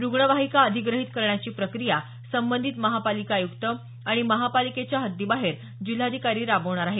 रुग्णवाहिका अधिग्रहीत करण्याची प्रक्रिया संबंधित महापालिका आयुक्त आणि महापालिकेच्या हद्दीबाहेर जिल्हाधिकारी राबवणार आहेत